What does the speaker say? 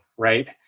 Right